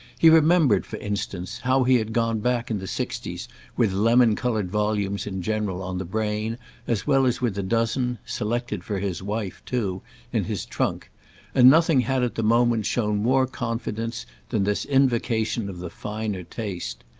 he remembered for instance how he had gone back in the sixties with lemon-coloured volumes in general on the brain as well as with a dozen selected for his wife too in his trunk and nothing had at the moment shown more confidence than this invocation of the finer taste.